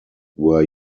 were